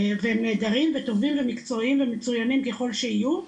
והם נהדרים וטובים ומקצועיים ומצוינים ככל שיהיו,